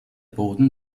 boden